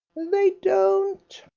they don't,